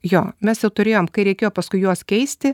jo mes jau turėjom kai reikėjo paskui juos keisti